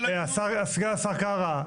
סגן השר קארה,